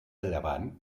llevant